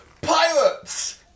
PIRATES